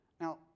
Now